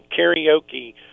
karaoke